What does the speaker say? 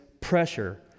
pressure